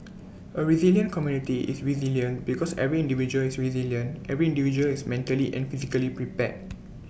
A resilient community is resilient because every individual is resilient every individual is mentally and physically prepared